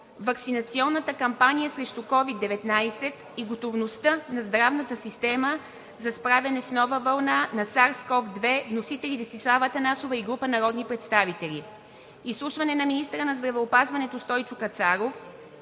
ваксинационната кампания срещу COVID-19 и готовността на здравната система за справяне с нова вълна на Sars-cov-2, вносители – Десислава Атанасова и група народни представители. 6. Изслушване на министъра на здравеопазването Стойчо Кацаров